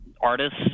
artists